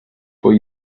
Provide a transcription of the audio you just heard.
but